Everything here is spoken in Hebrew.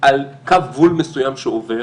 על קו גבול מסוים שעובר,